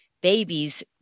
babies